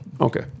okay